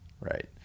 Right